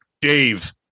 Dave